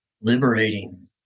liberating